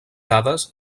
dades